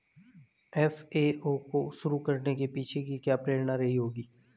FAO को शुरू करने के पीछे की क्या प्रेरणा रही होगी?